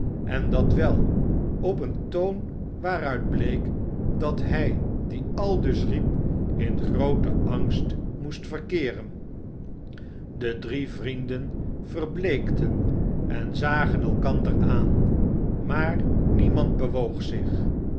en dat wel op een toon waaruit bleek dat hij die aldus riep in grooten angst moest verkeeren de drie vrienden verbleekten en zagen elkander aan maar niemand bewoog zich